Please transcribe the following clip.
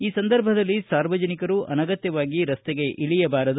ಈ ಸಂದರ್ಭದಲ್ಲಿ ಸಾರ್ವಜನಿಕರು ಅನಗತ್ಯವಾಗಿ ರಸ್ತೆಗೆ ಇಳಿಯಬಾರದು